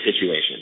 situation